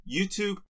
YouTube